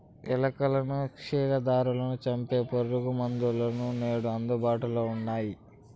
ఎలుకలు, క్షీరదాలను సంపె పురుగుమందులు నేడు అందుబాటులో ఉన్నయ్యి